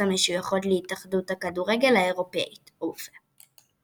המשויכות להתאחדות הכדורגל האירופית אופ"א.